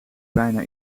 bijna